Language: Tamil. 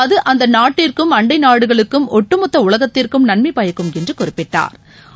அது அந்த நாட்டிற்கும் அண்டை நாடுகளுக்கும் ஒட்டுமொத்த உலகத்திற்கும் நன்மை பயக்கும் என்று குறிப்பிட்டாா்